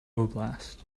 oblast